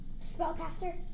spellcaster